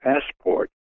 passport